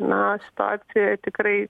na situacija tikrai